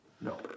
No